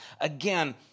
again